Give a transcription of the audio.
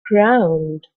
ground